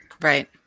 right